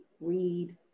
read